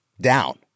down